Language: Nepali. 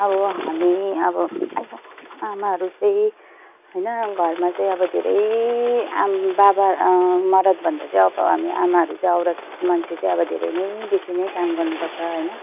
अब हामी अब ऐया आमाहरू चाहिँ होइन घरमा चाहिँ अब धेरै आमा बाबा मरदभन्दा चाहिँ अब हामी आमाहरू चाहिँ औरत मान्छे चाहिँ अब धेरै नै बेसी नै काम गर्नुपर्छ होइन